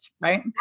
right